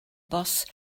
bws